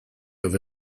over